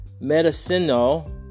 medicinal